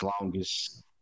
longest